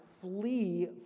flee